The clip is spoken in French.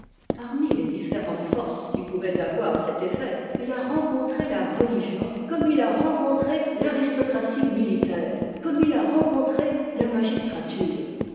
parmi les différentes forces qui pouvaient avoir cet effet il a rencontré la religion comme il a rencontré l'aristocratie militaire comme il a rencontré la magistrature